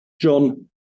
John